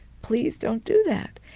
please don't do that.